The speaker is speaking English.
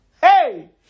Hey